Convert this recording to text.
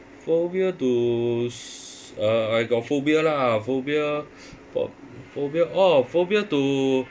phobia to s~ uh I got phobia lah phobia pho~ phobia orh phobia to